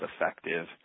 effective